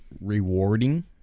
rewarding